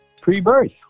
pre-birth